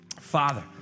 Father